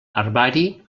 herbari